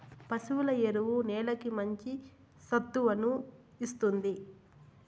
పశువుల ఎరువు నేలకి మంచి సత్తువను ఇస్తుంది